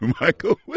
Michael